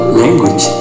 language